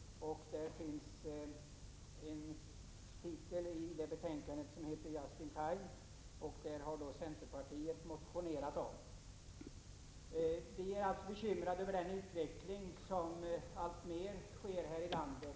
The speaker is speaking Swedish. Där finns ett avsnitt som gäller ”Just-in-Time”- system, som centerpartiet har motionerat om. Vi är bekymrade över utvecklingen i detta land, som innebär